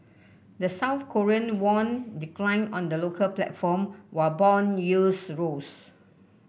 the South Korean won declined on the local platform while bond yields rose